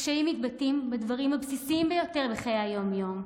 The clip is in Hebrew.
הקשיים מתבטאים בדברים הבסיסיים ביותר בחיי היום-יום,